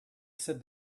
sit